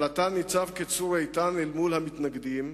אבל אתה ניצב כצור איתן אל מול המתנגדים.